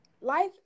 life